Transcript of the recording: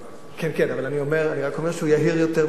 אבל אני רק אומר שהוא יהיר יותר,